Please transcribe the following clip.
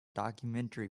documentary